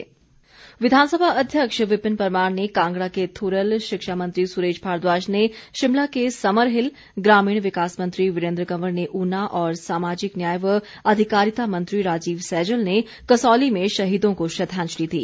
ज़िला कार्यक्रम विधानसभा अध्यक्ष विपिन परमार ने कांगड़ा के थुरल शिक्षा मंत्री सुरेश भारद्वाज ने शिमला के समरहिल ग्रामीण विकास मंत्री वीरेन्द्र कवर ने ऊना और सामाजिक न्याय व अधिकारिता मंत्री राजीव सैजल ने कसौली में शहीदों को श्रद्वांजलि दी